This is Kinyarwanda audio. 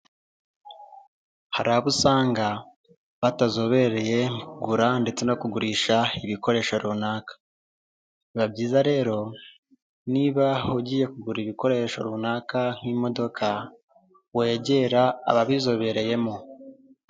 Hari abo usanga batazobereye mukugura ndetse no kugurisha ibikoresho runaka biba byiza rero niba ugiye kugura ibikoresho runaka nk'imodoka wegera ababizobereyemo.